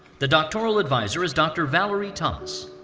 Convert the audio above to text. the doctoral advisor is dr. valerie thomas.